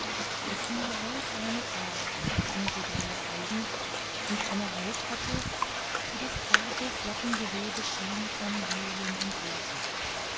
daß sie hellbraunes haar und dunkelblaue augen und eine haut hatte die das zarte flockengewebe schien von lilien und rosen